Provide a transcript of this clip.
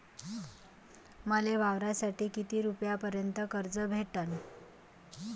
मले वावरासाठी किती रुपयापर्यंत कर्ज भेटन?